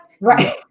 Right